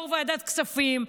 ויו"ר ועדת הכספים,